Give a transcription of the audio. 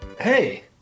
Hey